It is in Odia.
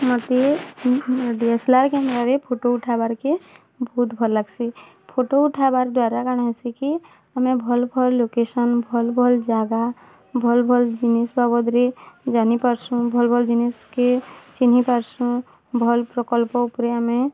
ମତେ ନୂଆ ଡି ଏସ୍ ଏଲ୍ ଆର୍ କ୍ୟାମେରାରେ ଫଟୋ ଉଠାବାର୍କେ ବହୁତ୍ ଭଲ୍ ଲାଗ୍ସି ଫଟୋ ଉଠାବାର୍ ଦ୍ଵାରା କାଣା ହେସି କି ଆମେ ଭଲ୍ ଭଲ୍ ଲୋକେସନ୍ ଭଲ୍ ଭଲ୍ ଜାଗା ଭଲ୍ ଭଲ୍ ଜିନିଷ୍ ବାବଦ୍ରେ ଜାନିପାର୍ସୁଁ ଭଲ୍ ଭଲ୍ ଜିନିଷ୍କେ ଚିହ୍ନିପାର୍ସୁଁ ଭଲ୍ ପ୍ରକଳ୍ପ ଉପରେ ଆମେ